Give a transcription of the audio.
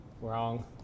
Wrong